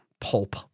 pulp